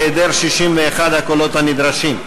בהיעדר 61 הקולות הנדרשים.